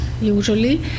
usually